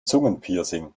zungenpiercing